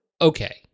Okay